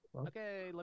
Okay